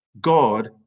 God